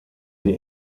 sie